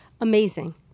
Amazing